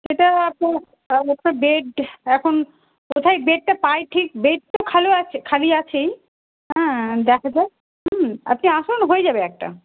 সেটা আপনার আপনার বেড এখন কোথায় বেডটা পাই ঠিক বেড তো খালি আছে খালি আছেই হ্যাঁ দেখা যাক হুম আপনি আসুন হয়ে যাবে একটা